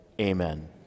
amen